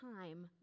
time